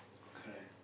correct